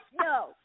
no